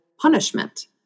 punishment